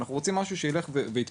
אלא שאנחנו רוצים משהו שרק ילך ויתפתח.